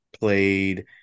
played